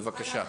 בבקשה.